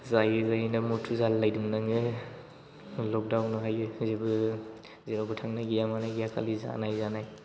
जायै जायैनो मटु जालायलायदोंमोन आङो लकदाउन आवहायो जेबो जेरावबो थांनाय गैया मानाय गैया खालि जानाय जानाय